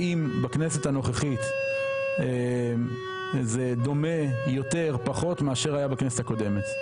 האם בכנסת הנוכחית זה דומה יותר או פחות למה שהיה בכנסת הקודמת,